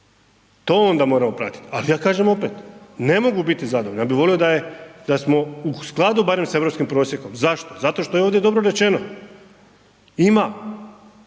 To onda moramo pratiti. Ali ja kažem opet, ne mogu biti zadovoljan, ja bih volio da je, da smo u skladu barem sa europskim prosjekom. Zašto? Zato što je ovdje dobro rečeno, ima